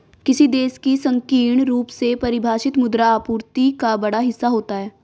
किसी देश की संकीर्ण रूप से परिभाषित मुद्रा आपूर्ति का बड़ा हिस्सा होता है